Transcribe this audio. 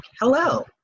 hello